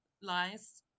lies